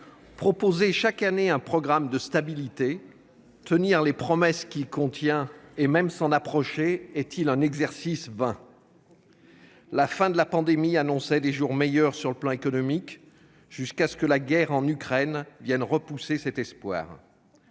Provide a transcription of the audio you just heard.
proposer chaque année un programme de stabilité, tenir les promesses qu'il contient ou même s'en approcher, est-ce un exercice vain ? La fin de la pandémie annonçait des jours meilleurs sur le plan économique, jusqu'à ce que la guerre en Ukraine vienne repousser cet espoir.